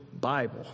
Bible